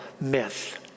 myth